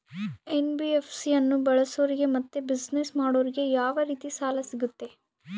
NBFC ಅನ್ನು ಬಳಸೋರಿಗೆ ಮತ್ತೆ ಬಿಸಿನೆಸ್ ಮಾಡೋರಿಗೆ ಯಾವ ರೇತಿ ಸಾಲ ಸಿಗುತ್ತೆ?